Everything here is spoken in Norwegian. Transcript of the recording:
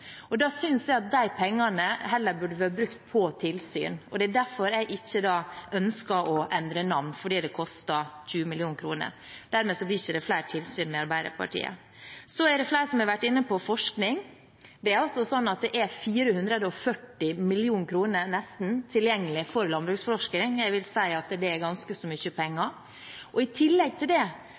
Da synes jeg at de pengene heller burde vært brukt på tilsyn, og det er derfor jeg ikke ønsker å endre navn, fordi det koster 20 mill. kr. Dermed blir det ikke flere tilsyn med Arbeiderpartiet. Det er flere som har vært inne på forskning. Det er 440 mill. kr, nesten, tilgjengelig for landbruksforskning. Jeg vil si at det er ganske så mye penger. I tillegg til det